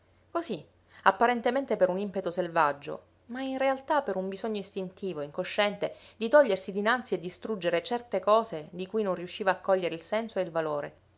così apparentemente per un impeto selvaggio ma in realtà per un bisogno istintivo incosciente di togliersi dinanzi e distruggere certe cose di cui non riusciva a cogliere il senso e il valore